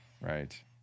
Right